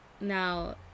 Now